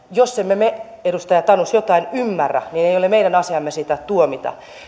jos emme me edustaja tanus jotain ymmärrä niin ei ei ole meidän asiamme sitä tuomita